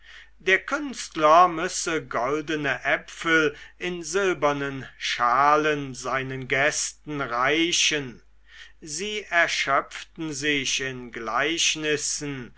der künstler müsse goldene äpfel in silbernen schalen seinen gästen reichen sie erschöpften sich in gleichnissen